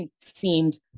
seemed